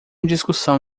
discussão